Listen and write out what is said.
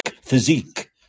physique